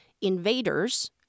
invaders